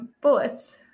bullets